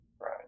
Right